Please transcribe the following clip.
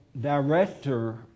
director